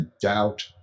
doubt